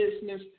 business